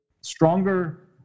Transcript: stronger